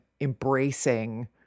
embracing